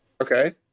okay